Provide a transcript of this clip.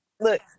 look